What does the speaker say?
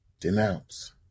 denounce